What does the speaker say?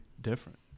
different